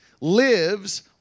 lives